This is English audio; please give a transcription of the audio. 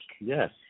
Yes